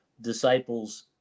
disciples